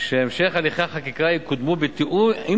שהמשך הליכי החקיקה יקודמו בתיאום עם